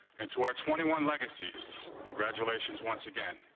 and to our twenty one legacies graduations. once again.